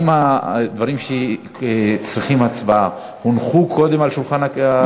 האם הדברים שצריכים הצבעה הונחו קודם על שולחן הכנסת?